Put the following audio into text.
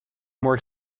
more